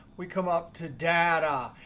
we come up to data.